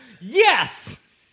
Yes